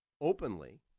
openly